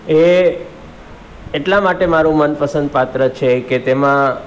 એ એટલા માટે મારું મનપસંદ પાત્ર છે કે તેમાં